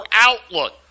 outlook